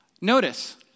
Notice